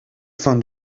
fin